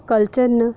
culture न